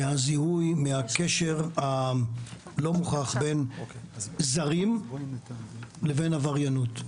מהזיהוי, מהקשר הלא מוכרח בין זרים לבין עבריינות.